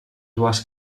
dues